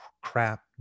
crap